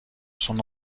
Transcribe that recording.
son